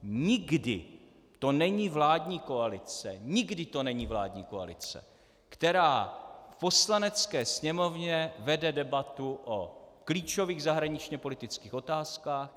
Nikdy to není vládní koalice, nikdy to není vládní koalice, která v Poslanecké sněmovně vede debatu o klíčových zahraničněpolitických otázkách.